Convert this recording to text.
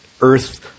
earth